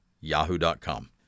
yahoo.com